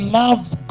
loves